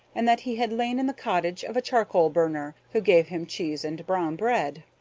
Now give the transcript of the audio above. and that he had lain in the cottage of a charcoal-burner, who gave him cheese and brown bread.